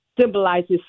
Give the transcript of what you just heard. symbolizes